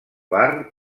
bar